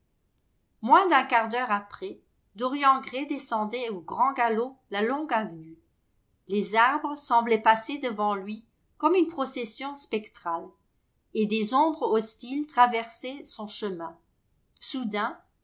moins d'un quart d'heure après dorian gray descendait au grand galop la longue avenue les arbres semblaient passer devant lui comme une procession spectrale et des ombres hostiles traversaient son chemin soudain